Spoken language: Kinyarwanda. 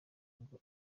ngo